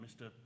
Mr